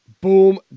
Boom